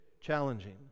challenging